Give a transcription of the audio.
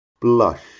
Blush